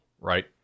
right